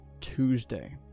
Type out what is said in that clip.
Tuesday